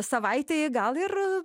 savaitei gal ir